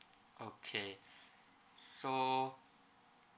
okay so